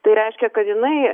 tai reiškia kad jinai